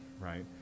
right